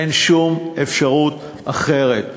אין שום אפשרת אחרת.